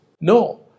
No